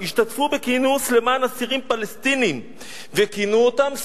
השתתפו בכינוס למען אסירים פלסטינים וכינו אותם,